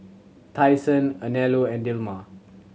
Tai Sun Anello and Dilmah